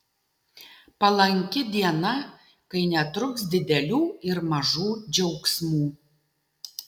palanki diena kai netruks didelių ir mažų džiaugsmų